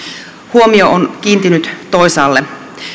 huomio on kiintynyt toisaalle